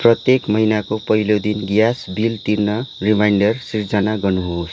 प्रत्येक महिनाको पहिलो दिन ग्यास बिल तिर्न रिमाइन्डर सिर्जना गर्नुहोस्